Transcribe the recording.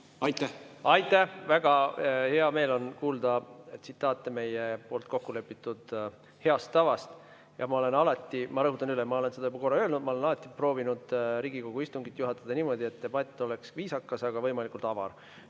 Aitäh! Väga hea meel on kuulda tsitaate meie poolt kokkulepitud heast tavast. Ma olen alati – ma rõhutan üle, ma olen seda juba korra öelnud –, ma olen alati proovinud Riigikogu istungit juhatada niimoodi, et debatt oleks viisakas, aga võimalikult avar.